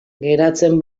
geratzen